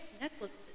necklaces